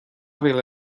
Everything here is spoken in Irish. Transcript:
mhíle